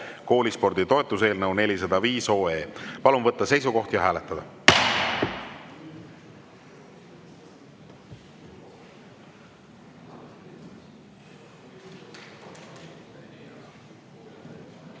koolispordi toetus" eelnõu 405. Palun võtta seisukoht ja hääletada!